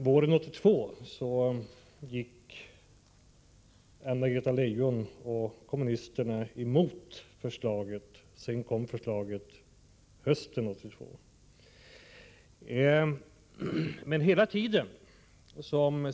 Våren 1982 gick Anna-Greta Leijon och kommunisterna emot det förslaget, vilket sedan återkom hösten 1982.